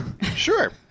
Sure